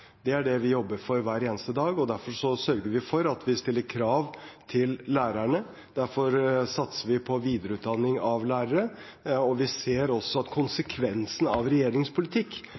Det er det vi jobber for hver eneste dag, og derfor sørger vi for at vi stiller krav til lærerne, derfor satser vi på videreutdanning av lærere, og vi ser også at konsekvensen av regjeringens politikk